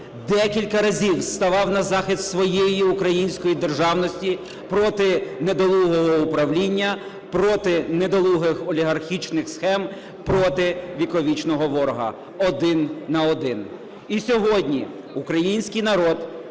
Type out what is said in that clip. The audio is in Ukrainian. декілька разів ставав на захист своєї української державності проти недолугого управління, проти недолугих олігархічних схем, проти віковічного ворога один на один. І сьогодні український народ